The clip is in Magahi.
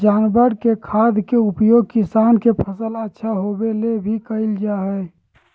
जानवर के खाद के उपयोग किसान के फसल अच्छा होबै ले भी कइल जा हइ